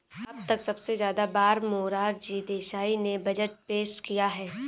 अब तक सबसे ज्यादा बार मोरार जी देसाई ने बजट पेश किया है